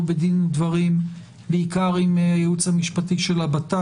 בדין ודברים בעיקר עם הייעוץ המשפטי של הבט"פ.